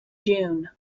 june